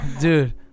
Dude